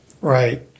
Right